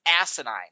asinine